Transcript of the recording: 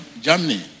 Germany